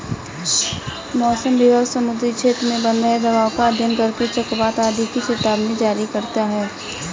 मौसम विभाग समुद्री क्षेत्र में बन रहे दबाव का अध्ययन करके चक्रवात आदि की चेतावनी जारी करता है